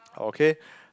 okay